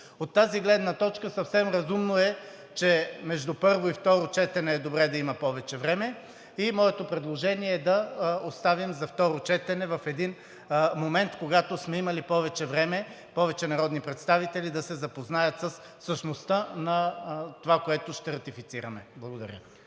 От тази гледна точка съвсем разумно е, че между първо и второ четене е добре да има повече време. Моето предложение е да оставим за второ четене – в един момент, когато сме имали повече време – повече народни представители да се запознаят със същността на това, което ще ратифицираме. Благодаря